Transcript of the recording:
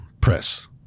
press